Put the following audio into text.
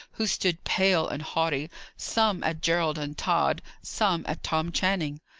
who stood pale and haughty some at gerald and tod some at tom channing.